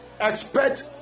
expect